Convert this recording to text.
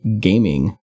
Gaming